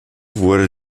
wurde